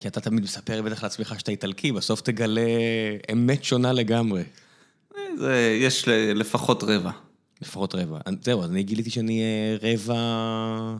כי אתה תמיד מספר לבדך לעצמך שאתה איטלקי, בסוף תגלה אמת שונה לגמרי. אה, זה... יש לפחות רבע. לפחות רבע. זהו, אז אני גיליתי שאני אהיה רבע...